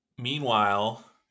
Meanwhile